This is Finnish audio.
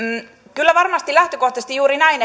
kyllä varmasti on lähtökohtaisesti juuri näin